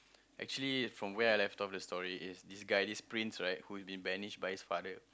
actually from where I left off the story is this guy this prince right who've been banished by his father